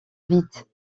vite